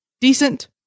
decent